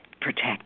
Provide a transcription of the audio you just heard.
protect